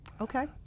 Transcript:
Okay